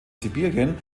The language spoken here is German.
sibirien